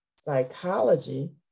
psychology